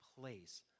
place